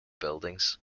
buildings